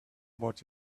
about